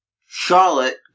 Charlotte